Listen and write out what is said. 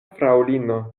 fraŭlino